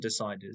deciders